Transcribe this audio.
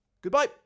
Goodbye